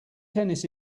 tennis